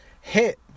hit